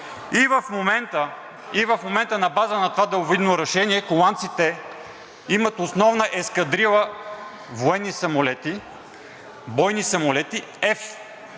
И в момента, на база на това далновидно решение, холандците имат основна ескадрила военни самолети – бойни самолети